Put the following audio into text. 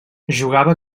jugava